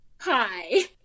hi